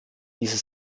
diese